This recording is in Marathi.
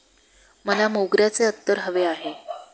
मला मोगऱ्याचे अत्तर हवे आहे